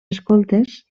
escoltes